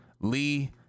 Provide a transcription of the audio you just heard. Lee